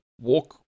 walk